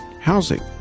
housing